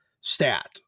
stat